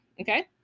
Okay